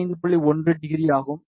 1 degree ஆகும்